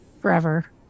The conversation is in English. forever